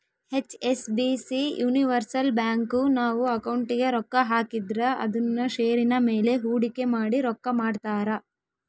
HSBC universal bank, ನಾವು ಅಕೌಂಟಿಗೆ ರೊಕ್ಕ ಹಾಕಿದ್ರ ಅದುನ್ನ ಷೇರಿನ ಮೇಲೆ ಹೂಡಿಕೆ ಮಾಡಿ ರೊಕ್ಕ ಮಾಡ್ತಾರ